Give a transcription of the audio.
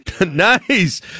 Nice